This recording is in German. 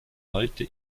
heute